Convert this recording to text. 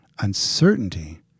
uncertainty